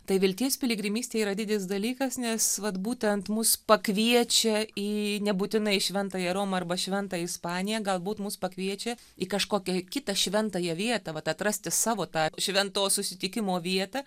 tai vilties piligrimystė yra didis dalykas nes vat būtent mus pakviečia į nebūtinai šventąją romą arba šventąją ispaniją galbūt mus pakviečia į kažkokią kitą šventąją vietą vat atrasti savo tą švento susitikimo vietą